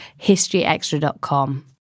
historyextra.com